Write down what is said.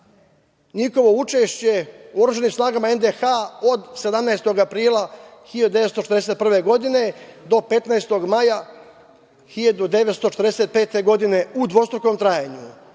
njihovo učešće u oružanim snaga NDH od 17. aprila 1941. godine do 15. maja 1945. godine u dvostrukom trajanju.